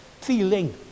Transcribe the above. feeling